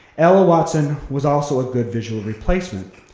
ella watson was also a good visual replacement.